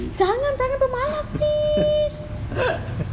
jangan perangai pemalas please